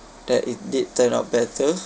that it did turn out better